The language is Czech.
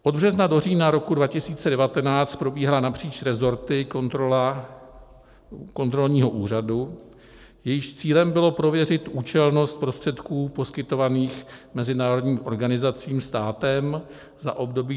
Od března do října roku 2019 probíhala napříč resorty kontrola kontrolního úřadu, jejímž cílem bylo prověřit účelnost prostředků poskytovaných mezinárodním organizacím státem za období 2014 až 2018.